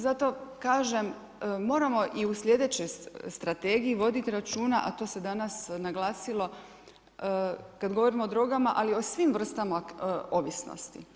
Zato kažem moramo i u sljedećoj strategiji voditi računa, a to se danas naglasilo kad govorimo o drogama ali i o svim vrstama ovisnosti.